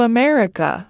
America